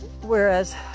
whereas